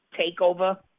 takeover